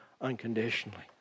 unconditionally